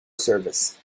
service